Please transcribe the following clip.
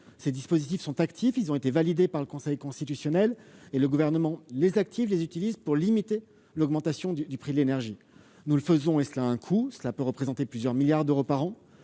Ces dispositifs sont actifs. Ils ont été validés par le Conseil constitutionnel et le Gouvernement les utilise pour limiter l'augmentation du prix de l'énergie. Ils ont un coût, pouvant représenter plusieurs milliards d'euros par an.